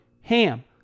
HAM